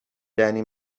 دنی